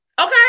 Okay